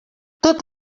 tot